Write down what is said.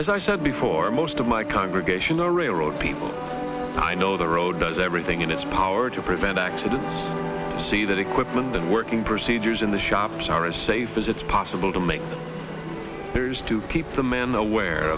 as i said before most of my congregation or railroad people i know the road does everything in its power to prevent accidents see that equipment and working procedures in the shops are as safe as it's possible to make theirs to keep the man aware